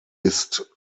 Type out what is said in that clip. ist